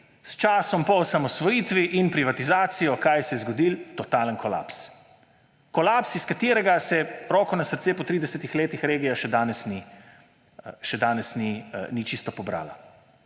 s časom po osamosvojitvi in privatizacijo ‒ kaj se je zgodilo? Totalen kolaps! Kolaps, iz katerega se, roko na srce, po tridesetih letih regija še danes ni čisto pobrala.